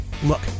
Look